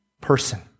person